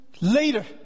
later